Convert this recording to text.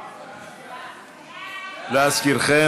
להזכירכם,